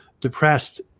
depressed